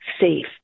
safe